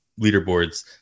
leaderboards